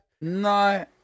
no